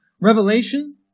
revelation